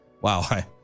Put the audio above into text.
Wow